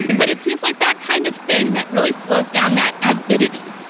but it seems like that kind of thing that really slows down that avidity,